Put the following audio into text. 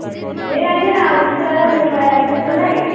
लिएर आइज न अब विचरा मेरो माया लाग्दैन तँलाई